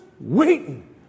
waiting